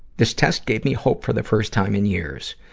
this test gave me hope for the first time in years.